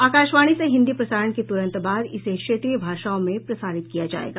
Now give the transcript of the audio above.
आकाशवाणी से हिन्दी प्रसारण के तुरंत बाद इसे क्षेत्रीय भाषाओं में प्रसारित किया जाएगा